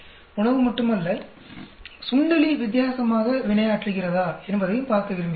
உணவு மட்டுமல்ல சுண்டெலி வித்தியாசமாக வினையாற்றுகிறதா என்பதையும் பார்க்க விரும்புகிறேன்